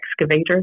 excavator